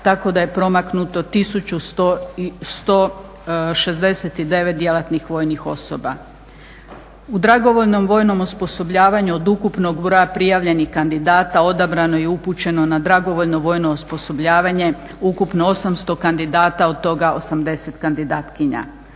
tako da je promaknuto 1169 djelatnih vojnih osoba. U dragovoljnom vojnom osposobljavanju od ukupnog broja prijavljenih kandidata odabrano je i upućeno na dragovoljno vojno osposobljavanje ukupno 800 kandidata, od toga 80 kandidatkinja.